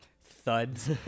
thuds